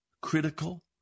critical